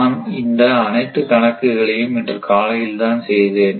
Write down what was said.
நான் இந்த அனைத்து கணக்குகளையும் இன்று காலையில் தான் செய்தேன்